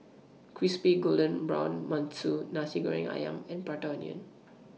Crispy Golden Brown mantou Nasi Goreng Ayam and Prata Onion